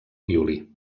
violí